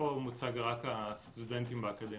פה מוצגים רק הסטודנטים באקדמיה.